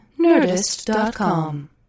Nerdist.com